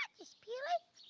just peel it.